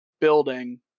building